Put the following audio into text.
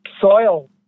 soil